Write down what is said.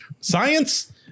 science